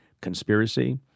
conspiracy